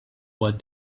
what